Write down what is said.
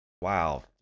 Wow